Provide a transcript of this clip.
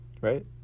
Right